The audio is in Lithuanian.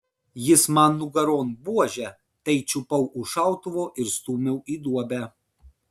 jis man nugaron buože tai čiupau už šautuvo ir stūmiau į duobę